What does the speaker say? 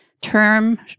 term